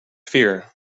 fear